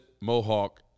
mohawk